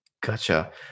Gotcha